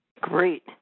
Great